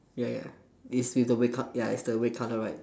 ya ya is with the red co~ ya it's the red colour right